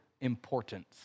importance